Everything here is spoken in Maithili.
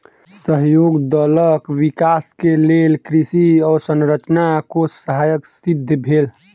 सहयोग दलक विकास के लेल कृषि अवसंरचना कोष सहायक सिद्ध भेल